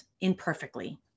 imperfectly